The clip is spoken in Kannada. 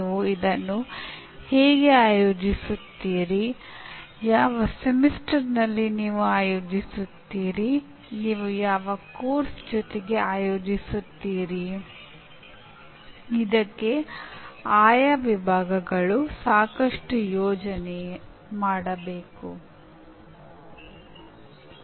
ಇದು ಹೇಗಿರಬೇಕೆಂದರೆ ಮೌಲ್ಯಮಾಪನ ಮತ್ತು ಹೇಳಲಾದ ಅಂದಾಜುವಿಕೆಗಳ ನಡುವೆ ಸಾಕಷ್ಟು ಹೊಂದಾಣಿಕೆ ಇದೆ ಎಂದು ಖಚಿತಪಡಿಸಬೇಕು